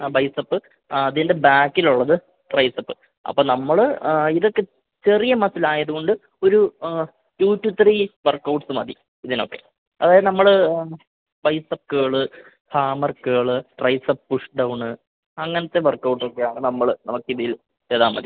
ആ ബൈസെപ്പ് അതിൻ്റെ ബാക്കിലുള്ളത് ട്രൈസെപ്പ് അപ്പോള് നമ്മള് ഇതൊക്കെ ചെറിയ മസിലായത് കൊണ്ട് ഒരു റ്റു റ്റു ത്രീ വർക്കൗട്ട്സ് മതി ഇതിനൊക്കെ അതായത് നമ്മള് എന്താണ് bicep curl hammer curl tricep push down അങ്ങനത്തെ വർക്കൗട്ടൊക്കെയാണ് നമ്മള് നമുക്കിതില് ചെയ്താല് മതി